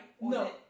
no